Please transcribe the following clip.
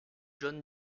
john